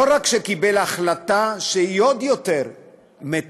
לא רק שהוא קיבל החלטה שהיא עוד יותר "מיטיבה",